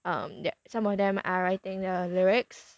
um some of them are writing the lyrics